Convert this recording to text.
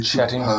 Chatting